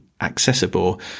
accessible